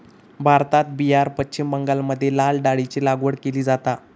भारतात बिहार, पश्चिम बंगालमध्ये लाल डाळीची लागवड केली जाता